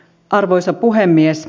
arvoisa puhemies